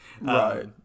right